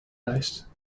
lijst